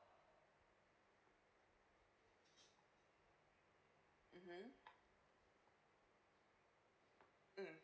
mmhmm mm